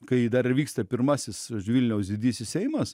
kai dar vyksta pirmasis vilniaus didysis seimas